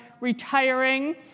retiring